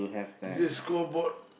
is it scoreboard